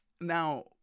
Now